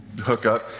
hookup